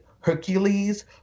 Hercules